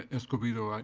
escobedo,